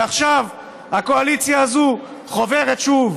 ועכשיו הקואליציה הזו חוברת שוב